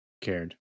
cared